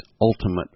ultimate